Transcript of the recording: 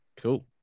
Cool